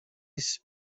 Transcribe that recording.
است